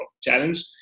challenge